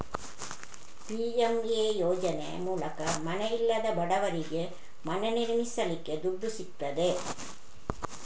PMA ಯೋಜನೆ ಮೂಲಕ ಮನೆ ಇಲ್ಲದ ಬಡವರಿಗೆ ಮನೆ ನಿರ್ಮಿಸಲಿಕ್ಕೆ ದುಡ್ಡು ಸಿಗ್ತದೆ